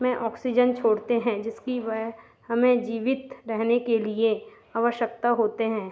में ऑक्सीजन छोड़ते हैं जिसकी वे हमें जीवित रहने के लिए आवश्यकता होती है